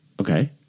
okay